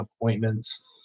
appointments